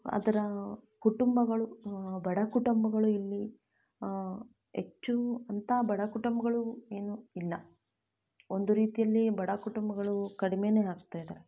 ಅದರ ಕುಟುಂಬಗಳು ಬಡ ಕುಟುಂಬಗಳು ಇಲ್ಲಿ ಹೆಚ್ಚು ಅಂಥ ಬಡ ಕುಟುಂಬ್ಗಳು ಏನೂ ಇಲ್ಲ ಒಂದು ರೀತಿಯಲ್ಲಿ ಬಡ ಕುಟುಂಬಗಳು ಕಡ್ಮೇ ಆಗ್ತಾ ಇದೆ